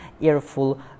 earful